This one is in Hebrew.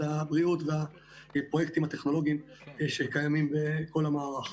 הבריאות והפרויקטים הטכנולוגיים שקיימים בכל המערך.